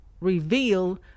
reveal